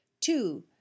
Two